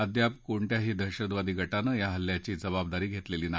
अद्याप कोणत्या दहशतवादी गटानं या हल्ल्याची जबाबदारी घेतलेली नाही